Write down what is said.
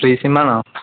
free സിമ്മാന്നോ